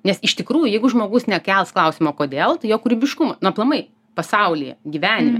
nes iš tikrųjų jeigu žmogus nekels klausimo kodėl tai jo kūrybiškum nu aplamai pasaulyje gyvenime